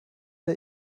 der